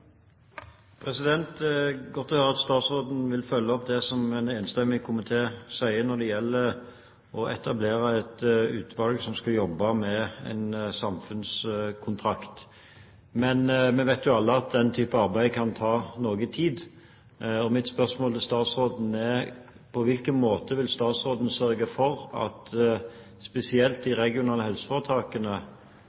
godt å høre at statsråden vil følge opp det som en enstemmig komité sier når det gjelder å etablere et utvalg som skal jobbe med en samfunnskontrakt. Men vi vet jo alle at den type arbeid kan ta noe tid. Mitt spørsmål til statsråden er: På hvilken måte vil statsråden sørge for at spesielt de